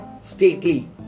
Stately